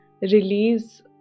release